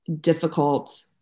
difficult